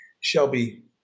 Shelby